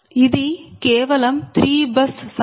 ఇది కేవలం 3 బస్ సమస్య